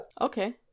Okay